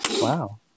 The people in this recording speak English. Wow